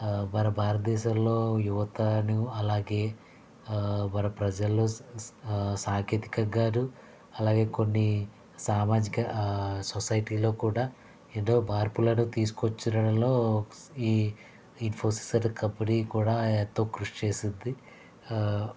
మన భారతదేశంలో యువతను అలాగే మన ప్రజలు సాంకేతికంగాను అలాగే కొన్ని సామాజిక సొసైటీ లో కూడా ఎన్నో మార్పులను తీసుకొచ్చడంలో ఈ ఇన్ఫోసిస్ అనే కంపెనీ కూడా ఎంతో కృషి చేసింది